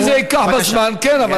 אם זה ייקח בזמן, כן.